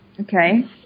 Okay